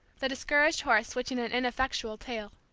the discouraged horse switching an ineffectual tail.